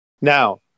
Now